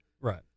Right